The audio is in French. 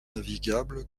navigable